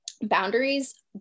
boundaries